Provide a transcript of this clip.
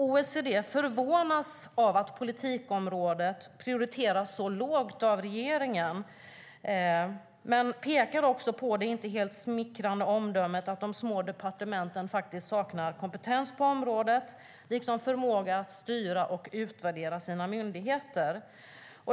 OECD förvånas över att politikområdet prioriteras så lågt av regeringen men pekar också på det inte helt smickrande omdömet att de små departementen saknar kompetens på området liksom förmåga att styra och utvärdera sina myndigheter.